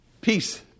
peace